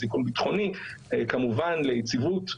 סיכון ביטחוני כמובן ליציבות.